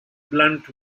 blunt